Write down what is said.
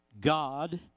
God